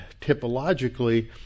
typologically